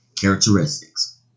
characteristics